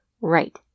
Right